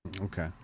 Okay